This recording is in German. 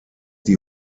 die